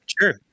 Sure